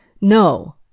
No